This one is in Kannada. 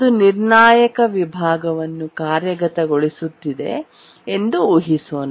ಅದು ನಿರ್ಣಾಯಕ ವಿಭಾಗವನ್ನು ಕಾರ್ಯಗತಗೊಳಿಸುತ್ತಿದೆ ಎಂದು ಊಹಿಸೋಣ